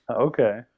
Okay